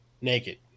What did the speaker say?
naked